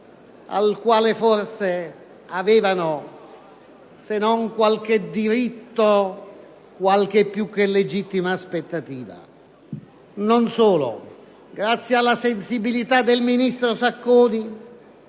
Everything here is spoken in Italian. al quale forse avevano, se non qualche diritto, qualche aspettativa più che legittima. Non solo. Grazie alla sensibilità del ministro Sacconi,